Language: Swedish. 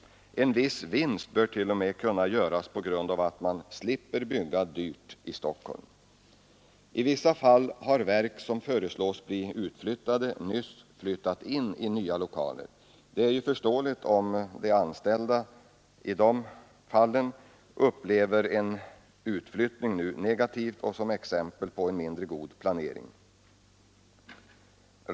En viss vinst bör t.o.m. kunna göras på grund av att man slipper bygga dyrt i Stockholm. I vissa fall har verk som föreslås bli utflyttade nyss flyttat in i nya lokaler. Det är förståeligt om de anställda i de fallen upplever en utflyttning nu som negativ och som exempel på mindre god planering.